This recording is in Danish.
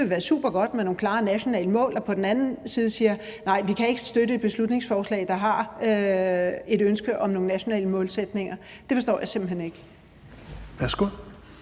det vil være supergodt med nogle klare nationale mål, og på den anden side siger: Nej, vi kan ikke støtte et beslutningsforslag, der har et ønske om nogle nationale målsætninger? Det forstår jeg simpelt hen ikke.